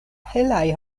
helaj